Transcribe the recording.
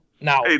now